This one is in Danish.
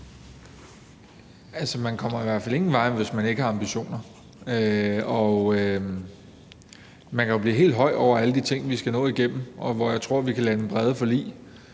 man kommer jo i hvert fald ingen vegne, hvis man ikke har ambitioner, og man kan jo blive helt høj over alle de ting, vi skal nå igennem, og hvor jeg tror at vi kan lande brede forlig: